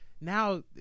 Now